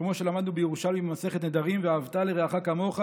כמו שלמדנו בירושלמי במסכת נדרים: ואהבת לרעך כמוך,